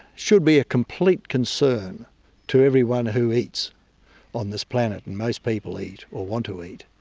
should be a complete concern to everyone who eats on this planet. and most people eat, or want to eat.